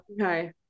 Okay